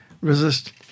resist